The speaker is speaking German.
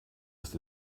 ist